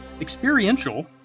experiential